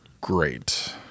great